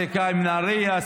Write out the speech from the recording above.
שיחקה עם נהריה,